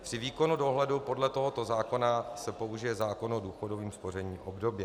Při výkonu dohledu podle tohoto zákona se použije zákon o důchodovém spoření obdobně.